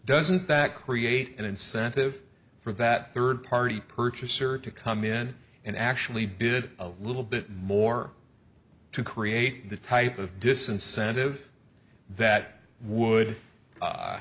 doesn't that create an incentive for that third party purchaser to come in and actually did a little bit more to create the type of disincentive that would